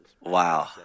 Wow